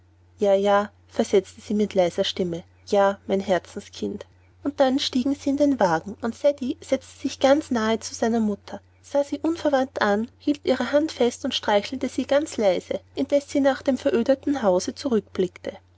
ja ja versetzte sie mit leiser stimme ja mein herzenskind und dann stiegen sie in den wagen und ceddie setzte sich ganz nahe zu seiner mama sah sie unverwandt an hielt ihre hand fest und streichelte sie ganz leise indes sie nach dem verödeten hause zurückblickte